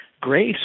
GRACE